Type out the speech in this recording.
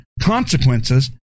consequences